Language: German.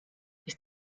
ist